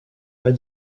pas